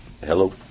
Hello